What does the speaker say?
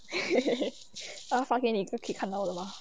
她有发给你一个可以看到的吗